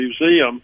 Museum